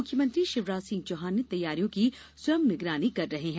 मुख्यमंत्री शिवराज सिंह चौहान तैयारियों की स्वयं निगरानी कर रहे हैं